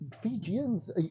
fijians